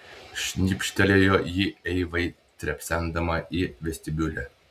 šnipštelėjo ji eivai trepsendama į vestibiulį